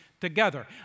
together